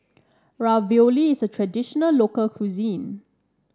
Ravioli is a traditional local cuisine